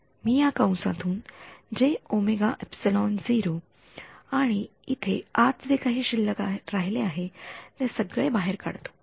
मी या कंसातून आणि इथे आत जे काही शिल्लक राहिले आहे ते सगळे बाहेर काढतो